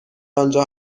آنجا